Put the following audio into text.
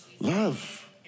Love